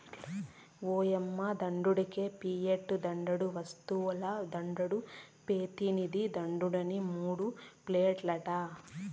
ఓ యమ్మీ దుడ్డికే పియట్ దుడ్డు, వస్తువుల దుడ్డు, పెతినిది దుడ్డుని మూడు పేర్లట